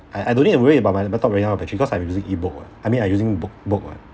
I I don't need to worry about my laptop running out of battery because I'm using e-book [what] I mean I using book book [what]